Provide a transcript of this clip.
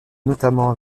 notamment